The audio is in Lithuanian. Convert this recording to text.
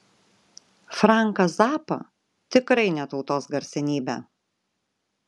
franką zappą tikrai ne tautos garsenybę